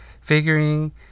figuring